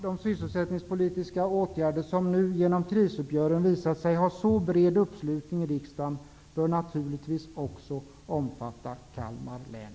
De sysselsättningspolitiska åtgärder som nu genom krisuppgörelsen visat sig ha så bred uppslutning i riksdagen bör naturligtvis också omfatta Kalmar län.